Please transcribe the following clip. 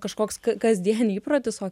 kažkoks kasdien įprotis o